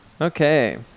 Okay